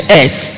earth